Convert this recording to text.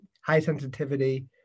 high-sensitivity